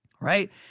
right